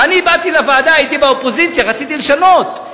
ואני באתי לוועדה, הייתי באופוזיציה, רציתי לשנות.